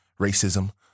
racism